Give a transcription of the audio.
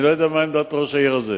אני לא יודע מה עמדת ראש העיר הזה.